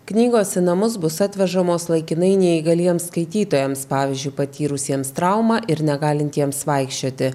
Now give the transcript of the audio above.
knygos į namus bus atvežamos laikinai neįgaliems skaitytojams pavyzdžiui patyrusiems traumą ir negalintiems vaikščioti